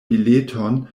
bileton